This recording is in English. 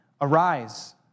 Arise